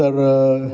तर